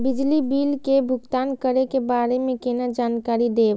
बिजली बिल के भुगतान करै के बारे में केना जानकारी देब?